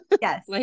yes